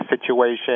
situation